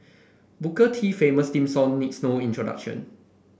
booker T famous theme song needs no introduction